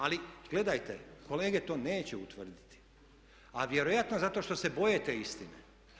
Ali gledajte, kolege to neće utvrditi, a vjerojatno zato što se boje te istine.